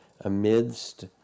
amidst